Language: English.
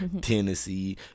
Tennessee